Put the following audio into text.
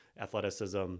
athleticism